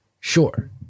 sure